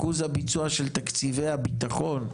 אחוז הביצוע של תקציבי הביטחון,